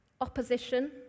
Opposition